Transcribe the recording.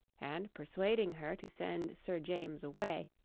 and persuading her to send sir james away,